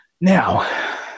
Now